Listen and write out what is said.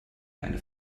eine